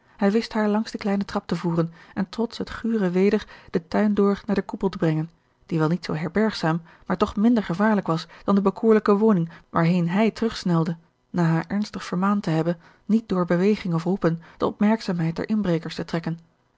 hij wist haar langs den kleinen trap te voeren en trots het gure weder den tuin door naar den koepel te brengen die wel niet zoo herbergzaam maar toch minder gevaarlijk was dan de bekoorlijke woning waarheen hij terug snelde na haar ernstig vermaand te hebben niet door beweging of roepen de opmerkzaamheid der inbrekers te trekken